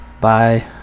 Bye